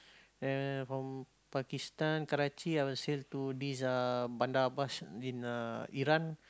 uh from Pakistan Karachi I will sail to this uh Bandar-Abbas in uh Iran